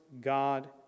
God